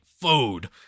food